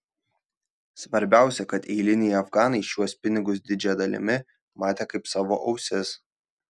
svarbiausia kad eiliniai afganai šiuos pinigus didžia dalimi matė kaip savo ausis